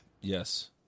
Yes